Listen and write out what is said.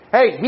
Hey